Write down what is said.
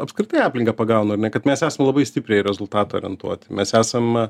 apskritai aplinką pagaunu ar ne kad mes esam labai stipriai į rezultatą orientuoti mes esam